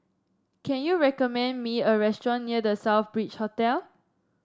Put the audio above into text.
can you recommend me a restaurant near The Southbridge Hotel